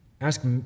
Ask